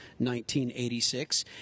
1986